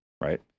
right